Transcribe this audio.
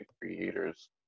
creators